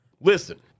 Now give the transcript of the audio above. Listen